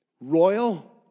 royal